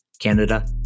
Canada